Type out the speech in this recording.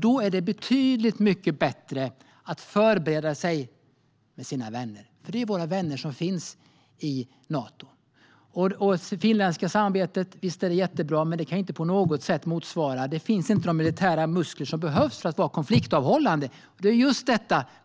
Då är det betydligt bättre att förbereda sig med sina vänner, för det är våra vänner som finns i Nato. Visst är det finländska samarbetet jättebra. Men de militära muskler som behövs för att man ska vara konfliktavhållande finns inte. Och just